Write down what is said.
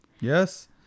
Yes